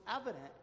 evident